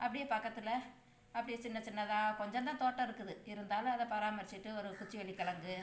அப்படியே பக்கத்தில் அப்படியே சின்னச் சின்னதாக கொஞ்சம்தான் தோட்டம் இருக்குது இருந்தாலும் அதை பராமரிச்சிகிட்டு ஒரு குச்சிவள்ளிக் கிழங்கு